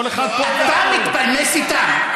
כל אחד פה, אתה מתפלמס איתם?